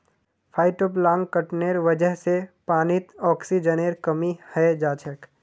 फाइटोप्लांकटनेर वजह से पानीत ऑक्सीजनेर कमी हैं जाछेक